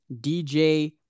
DJ